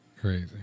Crazy